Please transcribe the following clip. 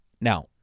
Now